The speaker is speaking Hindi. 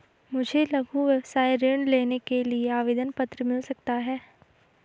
मुझे लघु व्यवसाय ऋण लेने के लिए आवेदन पत्र मिल सकता है?